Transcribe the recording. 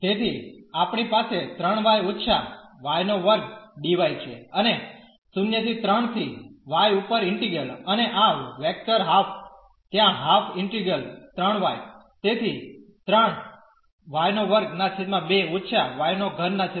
તેથી આપણી પાસે 3 y− y2 dy છે અને 0 ¿3 થી y ઉપર ઇન્ટિગ્રલ અને આ વેક્ટર હાફ ત્યાં હાફ ઈન્ટિગ્રલ 3 y